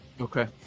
okay